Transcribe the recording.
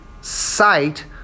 sight